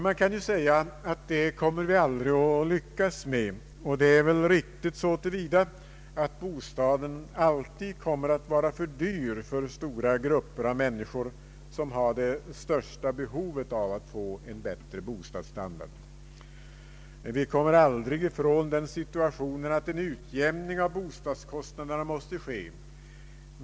Man kan ju säga att vi aldrig kommer att lyckas med detta, och det är väl riktigt så till vida att bostaden alltid kommer att vara för dyr för stora grupper av människor som har det största behovet av att få en bättre bostadsstandard. Vi kommer aldrig ifrån den situationen att en utjämning av bostadskostnaderna måste ske.